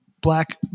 black